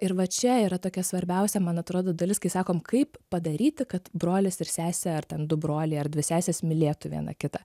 ir va čia yra tokia svarbiausia man atrodo dalis kai sakom kaip padaryti kad brolis ir sesė ar ten du broliai ar dvi sesės mylėtų viena kitą